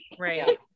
right